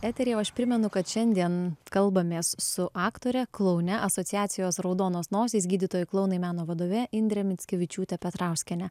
eteryje o aš primenu kad šiandien kalbamės su aktore kloune asociacijos raudonos nosys gydytojai klounai meno vadove indre mickevičiūte petrauskiene